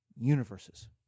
Universes